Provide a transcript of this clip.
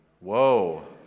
Whoa